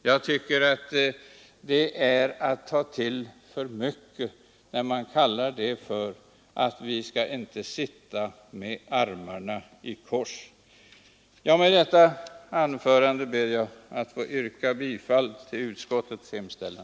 Jag tycker att det är att ta till alldeles för starka ord när man kallar det för att sitta med armarna i kors. Med dessa ord ber jag, herr talman, att få yrka bifall till utskottets hemställan.